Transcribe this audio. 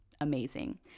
Amazing